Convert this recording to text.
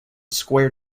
square